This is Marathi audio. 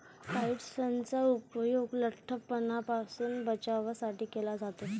काइट्सनचा उपयोग लठ्ठपणापासून बचावासाठी केला जातो